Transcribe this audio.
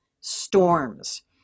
storms